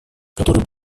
который